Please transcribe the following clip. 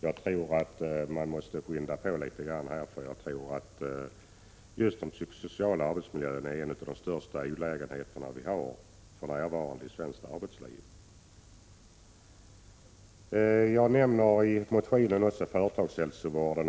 Jag tror att man måste skynda på litet grand i det avseendet, för just den psykosociala arbetsmiljön är nog en av de största olägenheterna för närvarande i svenskt arbetsliv. Vidare nämner jag i min motion också företagshälsovården.